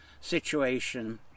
situation